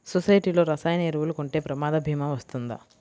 సొసైటీలో రసాయన ఎరువులు కొంటే ప్రమాద భీమా వస్తుందా?